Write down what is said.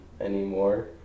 anymore